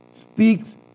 speaks